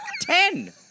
Ten